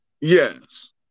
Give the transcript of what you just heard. Yes